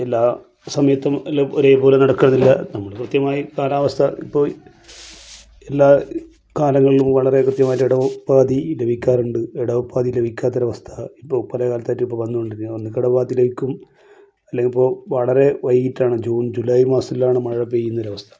എല്ലാ സമയത്തും എല്ലാം ഒരേപോലെ നടക്കണമെന്നില്ല നമ്മൾ കൃത്യമായി കാലാവസ്ഥ ഇപ്പോൾ എല്ലാ കാലങ്ങളിലും വളരെ കൃത്യമായിട്ട് ഇടവപ്പാതി ലഭിക്കാറുണ്ട് ഇടവപ്പാതി ലഭിക്കാത്തൊരവസ്ഥ ഇപ്പോൾ പല കാലത്തായിട്ട് ഇപ്പോൾ വന്ന് കൊണ്ടിരിക്കുന്നു അതിലേക്കും അല്ലങ്കിൽ ഇപ്പോൾ വളരെ വൈകിയിട്ടാണ് ജൂൺ ജൂലൈ മാസത്തിലാണ് മഴ പെയ്യുന്നൊരവസ്ഥ